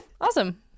Awesome